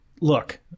look